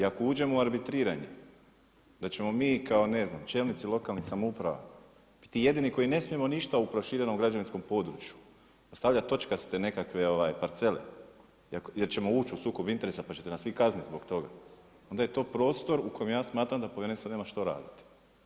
I ako uđemo u arbitriranje, da ćemo mi kao čelnici lokalnih samouprava biti jedini koji ne smijemo ništa u proširenom građevinskom području ostavljati točkaste nekakve parcele, jer ćemo ući u sukob interesa pa ćete nas vi kazniti zbog toga, onda je to prostor u kojem ja smatram da povjerenstvo nema šta raditi.